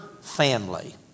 family